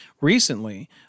recently